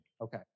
Okay